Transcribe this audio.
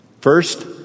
First